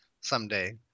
someday